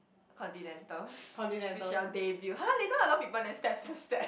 continentals then she'll debut !huh! they know a lot of people then step step step